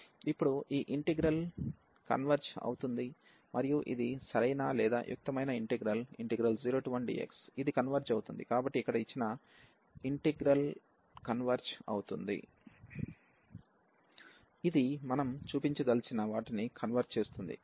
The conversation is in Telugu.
ఇప్పుడు ఈ ఇంటిగ్రల్ కన్వెర్జ్ అవుతుంది మరియు ఇది సరియైన లేదా యుక్తమైన ఇంటిగ్రల్ 0 1dx ఇది కన్వెర్జ్ అవుతుంది కాబట్టి ఇక్కడ ఇచ్చిన ఇంటిగ్రల్ కన్వెర్జ్ అవుతుంది ఇది మనం చూపించదలిచిన వాటిని కన్వెర్జ్ చేస్తుంది